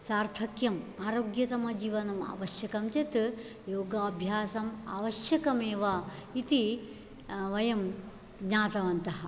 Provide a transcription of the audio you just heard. सार्थक्यम् आरोग्यतमजीवनम् आवश्यकं चेत् योगाभ्यासम् आवश्यकमेव इति वयं ज्ञातवन्तः